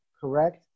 correct